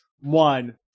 One